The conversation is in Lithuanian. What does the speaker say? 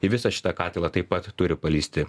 į visą šitą katilą taip pat turi paleisti